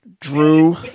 Drew